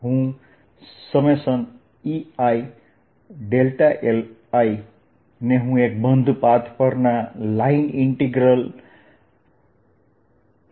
તેથી હું Eili ને હું એક બંધ પાથ પરના લાઈન ઈન્ટીગ્રલ E